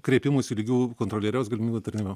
kreipimųsi lygių kontrolieriaus galimybių tarnybą